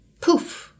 Poof